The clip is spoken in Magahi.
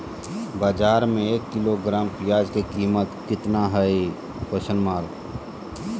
बाजार में एक किलोग्राम प्याज के कीमत कितना हाय?